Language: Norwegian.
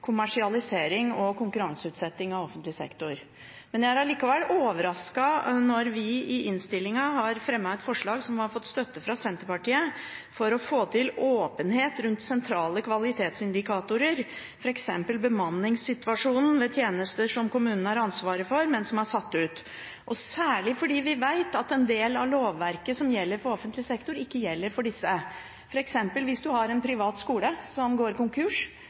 kommersialisering og konkurranseutsetting av offentlig sektor. Men jeg er likevel overrasket når vi i innstillingen har fremmet et forslag som har fått støtte fra Senterpartiet, om å få til åpenhet rundt sentrale kvalitetsindikatorer, f.eks. bemanningssituasjonen, ved tjenester som kommunene har ansvaret for, men som er satt ut – og særlig fordi vi vet at en del av lovverket som gjelder for offentlig sektor, ikke gjelder for disse. For eksempel: Hvis en har en privat skole som går konkurs,